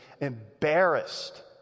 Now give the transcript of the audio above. embarrassed